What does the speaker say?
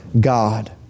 God